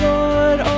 Lord